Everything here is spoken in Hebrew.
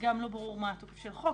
לא ברור מה התוקף של החוק